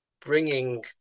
bringing